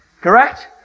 Correct